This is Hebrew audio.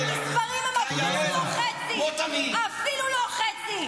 המספרים הם אפילו לא חצי.